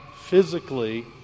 physically